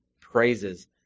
praises